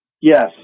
Yes